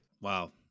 Wow